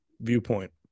viewpoint